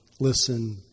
listen